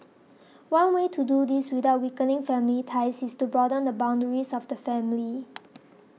one way to do this without weakening family ties is to broaden the boundaries of the family